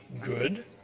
good